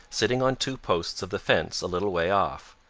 sitting on two posts of the fence a little way off.